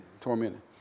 tormented